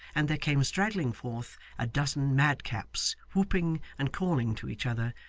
and there came straggling forth a dozen madcaps, whooping and calling to each other,